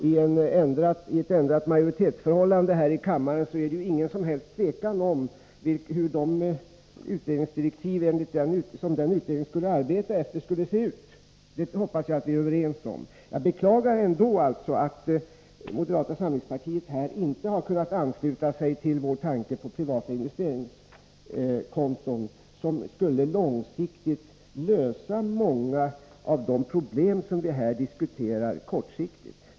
Med ett ändrat majoritetsförhållande här i kammaren är det inget som helst tvivel om hur utredningsdirektiven för en sådan utredning skulle se ut. Det hoppas jag att vi är överens om. Jag beklagar att moderata samlingspartiet inte har kunnat ansluta sig till vår tanke på privata investeringskonton, som långsiktigt skulle lösa många av de problem som vi nu diskuterar kortsiktigt.